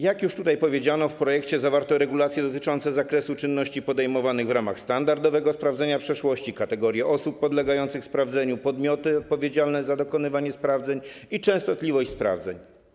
Jak już tutaj powiedziano, w projekcie zawarto regulacje dotyczące zakresu czynności podejmowanych w ramach standardowego sprawdzenia przeszłości, wskazano kategorię osób podlegających sprawdzeniu, podmioty odpowiedzialne za dokonywanie sprawdzeń i częstotliwość sprawdzeń.